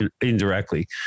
indirectly